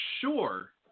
sure